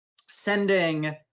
sending